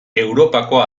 europako